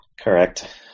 Correct